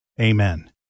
Amen